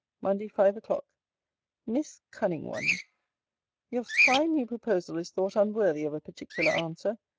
monday, five o'clock miss cunning-one, your fine new proposal is thought unworthy of a particular answer.